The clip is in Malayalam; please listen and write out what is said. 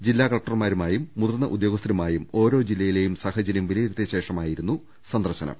ജില്ലാ കലക്ടർമാരുമായും മുതിർന്ന ഉദ്യോഗസ്ഥരു മായും ഓരോ ജില്ലയിലെയും സാഹചര്യം വിലയിരുത്തിയ ശേഷ മായിരുന്നു സന്ദർശനം